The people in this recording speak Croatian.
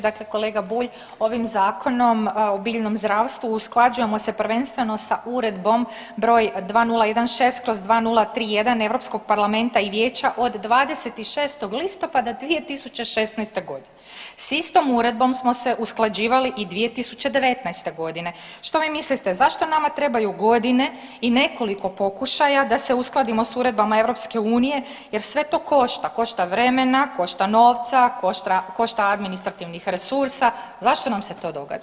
Dakle, kolega Bulj ovim Zakonom o biljnom zdravstvu usklađujemo se prvenstveno sa uredbom br. 2016/2031 EU Parlamenta i Vijeća od 26. listopada 2016.g., s istom uredbom smo se usklađivali i 2019.g. Što vi mislite zašto nama trebaju godine i nekoliko pokušaja da se uskladimo s uredbama EU jer sve to košta, košta vremena, košta novca, košta administrativnih resursa, zašto nam se to događa?